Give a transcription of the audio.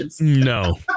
No